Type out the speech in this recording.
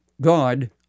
god